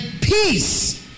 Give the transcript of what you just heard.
peace